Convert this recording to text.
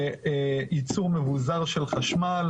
ייצור מבוזר של חשמל,